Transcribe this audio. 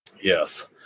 Yes